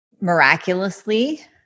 miraculously